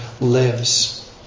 lives